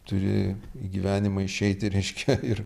turi į gyvenimą išeiti reiškia ir